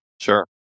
Sure